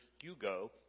Hugo